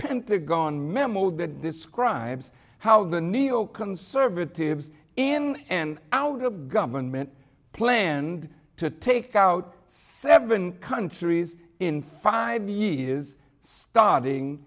pentagon memo that describes how the neoconservatives in and out of government planned to take out seven countries in five years starting